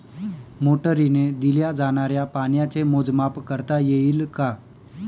मोटरीने दिल्या जाणाऱ्या पाण्याचे मोजमाप करता येईल का?